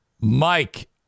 Mike